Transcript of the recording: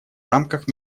рамках